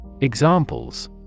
Examples